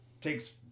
takes